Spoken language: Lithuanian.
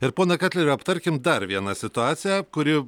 ir pone ketleriau aptarkim dar vieną situaciją kuri